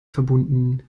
verbunden